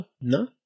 no